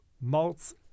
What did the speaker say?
malts